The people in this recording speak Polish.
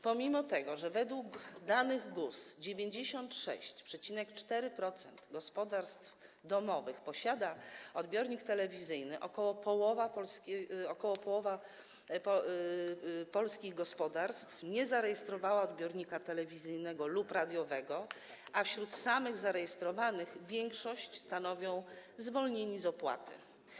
Pomimo tego, że według danych GUS 96,4% gospodarstw domowych posiada odbiornik telewizyjny, ok. połowa polskich gospodarstw nie zarejestrowała odbiornika telewizyjnego lub radiowego, a wśród samych zarejestrowanych większość stanowią zwolnieni z opłaty.